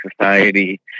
society